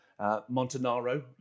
Montanaro